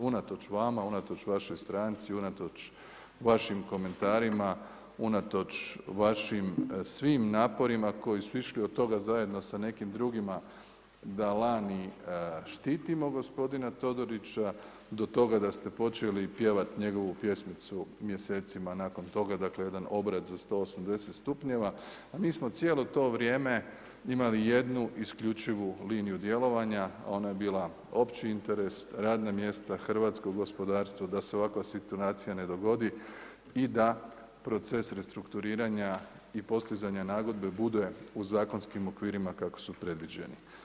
Unatoč vama, unatoč vašoj stranci, unatoč vašim komentarima, unatoč vašim svim naporima koji su išli od toga zajedno sa nekim drugima da lani štitimo gospodina Todorića do toga da ste počeli pjevati njegovu pjesmicu mjesecima nakon toga, dakle jedan obrat za 180 stupnjeva a mi smo cijelo to vrijeme imali jednu isključivu liniju djelovanja, ona je bila opći interes, radna mjesta, hrvatsko gospodarstvo, da se ovakva situacija ne dogodi i da proces restrukturiranja i postizanja nagodbe bude u zakonskim okvirima kako su predviđeni.